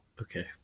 Okay